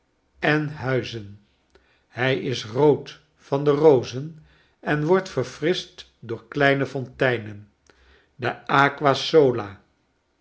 en huizen hy is rood van de rozen en wordt verfrischt door kleine fonteinen de aqua sola